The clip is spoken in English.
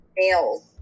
Males